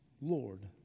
Lord